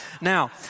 Now